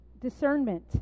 Discernment